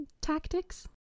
tactics